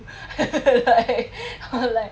or like